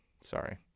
sorry